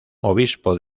obispo